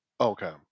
Okay